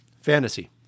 Fantasy